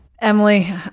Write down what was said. Emily